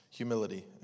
humility